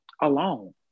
alone